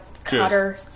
Cutter